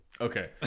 Okay